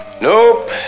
Nope